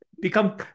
Become